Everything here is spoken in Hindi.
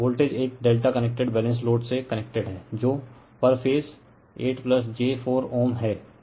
वोल्टेज एक ∆ कनेक्टेड बैलेंस्ड लोड से कनेक्टेड है जो पर फेज 8 j 4 Ω है